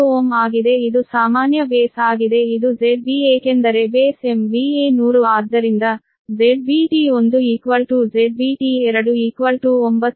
89Ω ಆಗಿದೆ ಇದು ಸಾಮಾನ್ಯ ಬೇಸ್ ಆಗಿದೆ ಇದು ZB ಏಕೆಂದರೆ ಬೇಸ್ MVA 100 ಆದ್ದರಿಂದ ZBT1 ZBT2 Ω 9